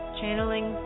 channeling